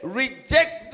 reject